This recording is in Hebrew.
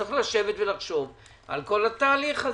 שצריך לחשוב על כל התהליך הזה.